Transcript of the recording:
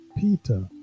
Peter